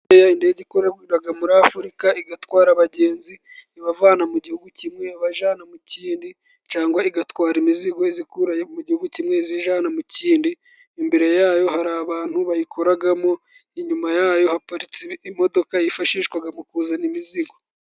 Indege ikoreraga muri Afurika igatwara abagenzi ibavana mu gihugu kimwe ibajana mu kindi cangwa igatwara imizigo izikura mu gihugu kimwe izijana mu kindi. Imbere yayo hari abantu bayikoragamo, inyuma yayo haparitse imodoka yifashishwaga mu kuzana imizigo.